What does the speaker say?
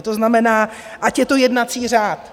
To znamená, ať je to jednací řád.